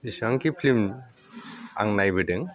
जेसेबांखि फिल्म आं नायबोदों